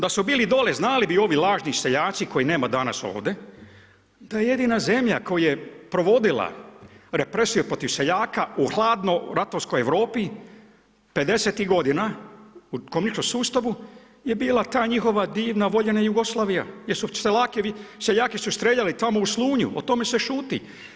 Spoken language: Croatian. Da su bili dole znali bi ovi lažni seljaci kojih nema danas ovde da je jedina zemlja koja je provodila represiju protiv seljaka u hladno ratovskoj Europi 50-tih godina, ko mikrosustavu je bila ta njihova divna voljena Jugoslavija, jel su seljake strijeljali tamo u Slunju, o tome se šuti.